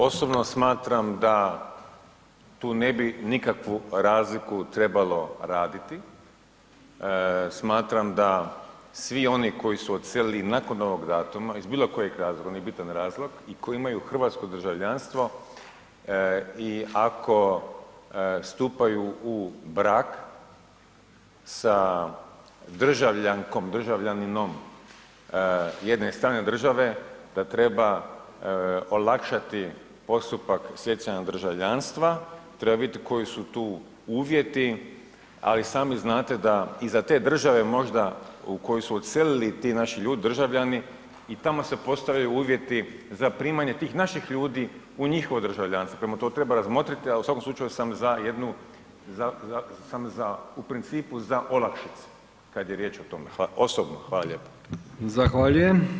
Osobno smatram da tu ne bi nikakvu razliku trebalo raditi, smatram da svi oni koji su odselili nakon ovog datuma iz bilokojeg razloga, nije bitan razloga i koji imaju hrvatsko državljanstvo ako stupaju u brak sa državljankom, državljaninom jedne strane države, da treba olakšati postupak stjecanja državljanstva, treba vidjeti koji su tu uvjeti a i sami znate da iza te države možda u koju su odselili ti naši državljani, i tamo se postavljaju uvjeti za primanje tih naših ljudi u njihovo državljanstvo, prema tome to treba razmotriti ali u svakom slučaju sam u principu za olakšicu kad je riječ o tome, osobno, hvala lijepa.